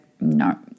no